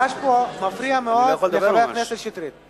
הרעש פה מפריע מאוד לחבר הכנסת שטרית.